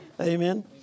Amen